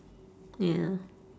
ya